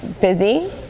busy